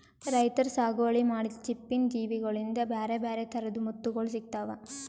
ರೈತರ್ ಸಾಗುವಳಿ ಮಾಡಿದ್ದ್ ಚಿಪ್ಪಿನ್ ಜೀವಿಗೋಳಿಂದ ಬ್ಯಾರೆ ಬ್ಯಾರೆ ಥರದ್ ಮುತ್ತುಗೋಳ್ ಸಿಕ್ತಾವ